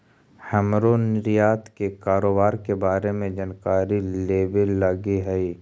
हमरो निर्यात के कारोबार के बारे में जानकारी लेबे लागी हई